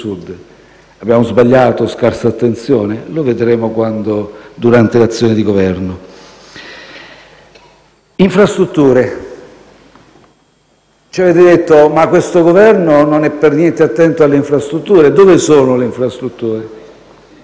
Abbiamo sbagliato? Scarsa attenzione? Lo vedremo durante l'azione di Governo. Infrastrutture. Ci avete detto che questo Governo non è per niente attento alle infrastrutture. Dove sono le infrastrutture?